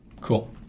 Cool